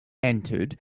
entered